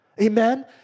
Amen